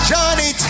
Johnny